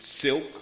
Silk